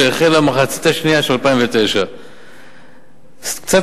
שהחלה במחצית השנייה של 2009. קצת